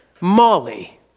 Molly